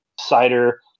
cider